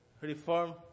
Reform